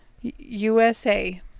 USA